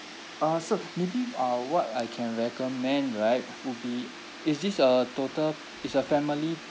uh sir maybe uh what I can recommend right would be is this a total is a family